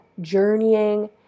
journeying